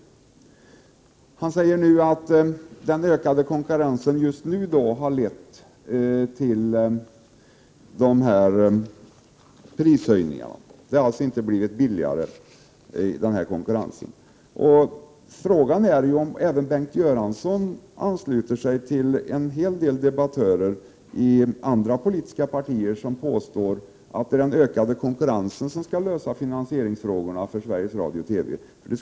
Bengt Göransson framhåller att den ökade konkurrensen just nu har lett till prishöjningar. Det har inte blivit billigare genom konkurrensen. Frågan är om även Bengt Göransson ansluter sig till de debattörer från andra politiska partier som påstår att den ökade konkurrensen skall lösa finansieringsfrågorna för Sveriges Radio-koncernen.